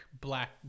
black